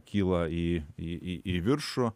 kyla į į į į viršų